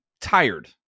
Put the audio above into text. tired